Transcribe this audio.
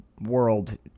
world